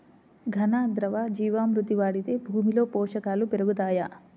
ఘన, ద్రవ జీవా మృతి వాడితే భూమిలో పోషకాలు పెరుగుతాయా?